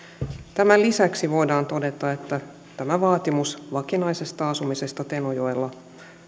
tämän lisäksi voidaan todeta että vaatimus vakinaisesta asumisesta tenojoella